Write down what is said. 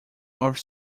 off